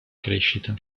crescita